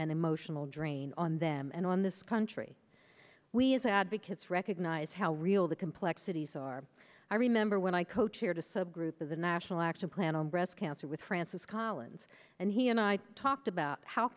and emotional drain on them and on this country we as advocates recognize how real the complexities are i remember when i co chaired a subgroup of the national action plan on breast cancer with francis collins and he and i talked about how